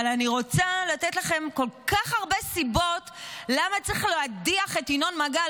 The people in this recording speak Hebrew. אבל אני רוצה לתת לכם כל כך הרבה סיבות למה צריך להדיח את ינון מגל,